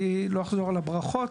אני לא אחזור על הברכות,